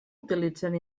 utilitzen